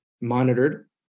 monitored